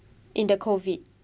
in the COVID